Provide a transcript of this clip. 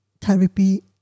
Therapy